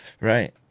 Right